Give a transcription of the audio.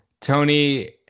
Tony